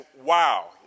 wow